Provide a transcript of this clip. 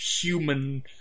human